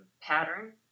pattern